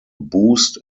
boost